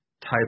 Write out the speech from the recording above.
type